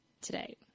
today